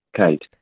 Kate